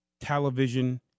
television